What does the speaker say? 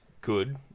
good